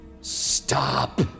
stop